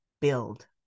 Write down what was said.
build